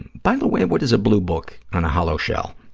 by the way, what is a blue book on a hollow shell?